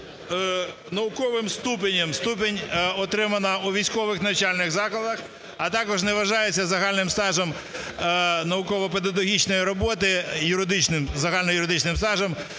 науковим ступенем ступінь, отримана у військових навчальних закладах, а також не вважається загальним стажем науково-педагогічної роботи, юридичним, загально-юридичним стажем